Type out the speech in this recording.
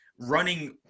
running